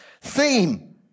theme